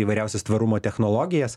įvairiausias tvarumo technologijas